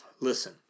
Listen